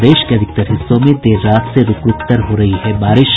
प्रदेश के अधिकतर हिस्सों में देर रात से रूक रूक कर हो रही है बारिश